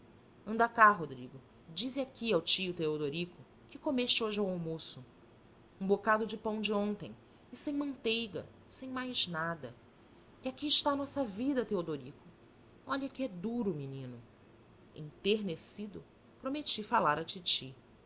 anda cá rodrigo dize aqui ao tio teodorico que comeste hoje ao almoço um bocado de pão de ontem e sem manteiga sem mais nada e aqui está a nossa vida teodorico olha que é duro menino enternecido prometi falar à titi